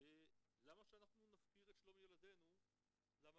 למה שאנחנו נפקיר את שלום ילדינו למערכת?